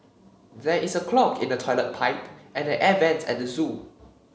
there is a clog in the toilet pipe and the air vents at the zoo